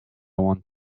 want